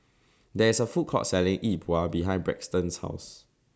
There IS A Food Court Selling Yi Bua behind Braxton's House